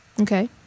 Okay